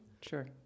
Sure